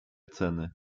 ceny